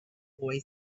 boy